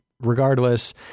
Regardless